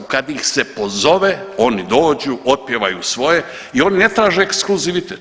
Kad ih se pozove oni dođu, otpjevaju svoje i oni ne traže ekskluzivitet.